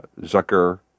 Zucker